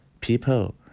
People